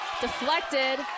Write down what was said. deflected